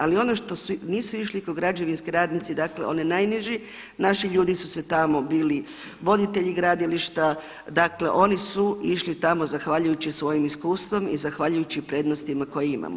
Ali ono što nisu išli ko građevinski radnici dakle oni najniži naši ljudi su tamo bili voditelji gradilišta, dakle oni su išli tamo zahvaljujući svojem iskustvu i zahvaljujući prednostima koje imamo.